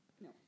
No